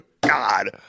God